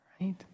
Right